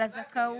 זה לדיון.